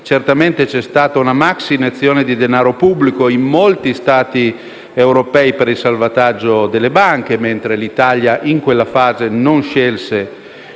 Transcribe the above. certamente vi è stata una maxi-iniezione di denaro pubblico in molti Stati europei per il salvataggio delle banche mentre l'Italia, in quella fase, non scelse